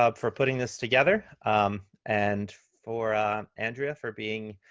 ah for putting this together and for andrea for being